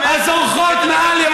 לכנסת מגיע לדעת.